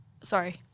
sorry